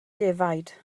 defaid